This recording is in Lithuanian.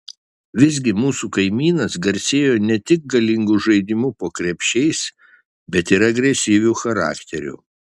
visgi mūsų kaimynas garsėjo ne tik galingu žaidimu po krepšiais bet ir agresyviu charakteriu